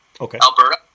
Alberta